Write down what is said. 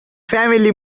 family